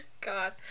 God